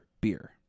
beer